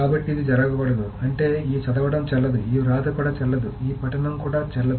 కాబట్టి ఇది జరగకూడదు అంటే ఈ చదవడం చెల్లదు ఈ వ్రాత కూడా చెల్లదు ఈ పఠనం కూడా చెల్లదు